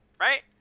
Right